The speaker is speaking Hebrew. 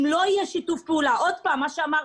אם לא יהיה שיתוף פעולה, כפי שאמרתי,